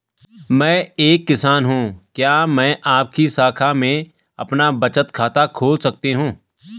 मैं एक किसान हूँ क्या मैं आपकी शाखा में अपना बचत खाता खोल सकती हूँ?